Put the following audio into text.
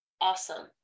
Awesome